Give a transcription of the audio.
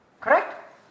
Correct